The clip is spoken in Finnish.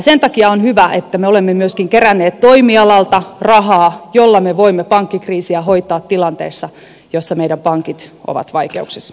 sen takia on hyvä että me olemme myöskin keränneet toimialalta rahaa jolla me voimme pankkikriisiä hoitaa tilanteessa jossa meidän pankit ovat vaikeuksissa